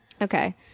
Okay